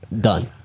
done